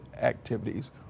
activities